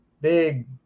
big